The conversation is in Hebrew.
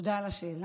תודה על השאלה.